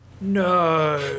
No